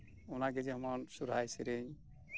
ᱚᱱᱟᱜᱮ ᱡᱮᱢᱚᱱ ᱥᱚᱦᱨᱟᱭ ᱥᱮᱨᱮᱧ